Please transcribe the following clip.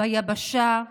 ביבשה,